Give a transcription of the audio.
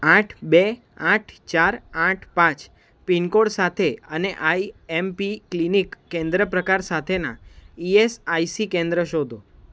આઠ બે આઠ ચાર આઠ પાંચ પિનકોડ સાથે અને આઈ એમ પી ક્લિનિક કેન્દ્ર પ્રકાર સાથેનાં ઇએસઆઇસી કેન્દ્રો શોધો